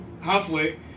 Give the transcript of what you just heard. Halfway